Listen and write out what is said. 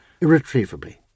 irretrievably